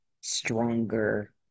stronger